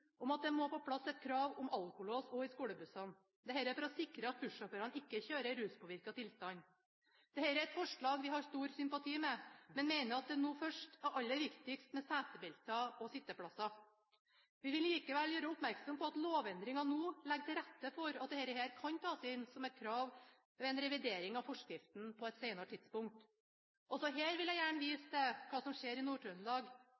om at det må på plass et krav om alkolås også i skolebussene. Dette for å sikre at bussjåførene ikke kjører i ruspåvirket tilstand. Dette er et forslag vi har stor sympati for, men vi mener at det nå først er aller viktigst med setebelter og sitteplasser. Vi vil likevel gjøre oppmerksom på at lovendringen nå legger til rette for at dette kan tas inn som et krav ved revidering av forskriften på et senere tidspunkt. Også her vil jeg gjerne